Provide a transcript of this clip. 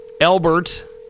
Albert